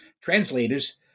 translators